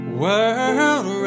world